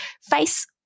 face